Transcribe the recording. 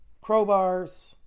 crowbars